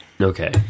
Okay